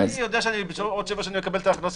אני יודע שעוד שבע שנים אני אקבל את ההכנסות,